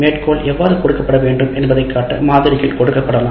மேற்கோள் எவ்வாறு கொடுக்கப்பட வேண்டும் என்பதைக் காட்ட மாதிரிகள் கொடுக்கப்படலாம்